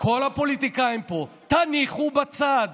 לכל הפוליטיקאים פה: תניחו בצד